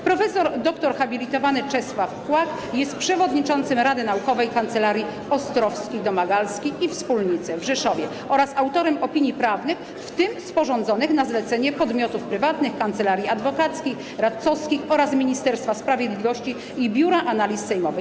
Prof. dr hab. Czesław Kłak jest przewodniczącym Rady Naukowej Kancelarii Ostrowski, Domagalski i Wspólnicy w Rzeszowie oraz autorem opinii prawnych, w tym sporządzonych na zlecenie podmiotów prywatnych, kancelarii adwokackich, radcowskich oraz Ministerstwa Sprawiedliwości i Biura Analiz Sejmowych.